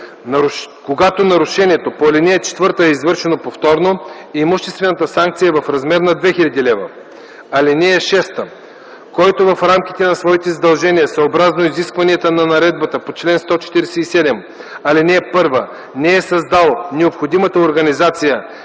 Когато нарушението по ал. 4 е извършено повторно, имуществената санкция е в размер 2000 лв. (6) Който в рамките на своите задължения съобразно изискванията на наредбата по чл. 147, ал. 1 не е създал необходимата организация